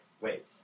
wait